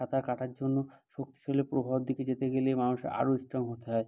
সাঁতার কাটার জন্য শক্তিশালী প্রবাহর দিকে যেতে গেলে মানুষকে আরো স্ট্রং হতে হয়